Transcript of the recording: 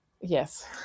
yes